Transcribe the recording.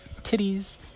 Titties